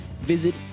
Visit